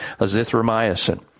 azithromycin